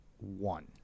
one